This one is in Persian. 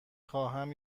خواهم